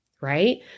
right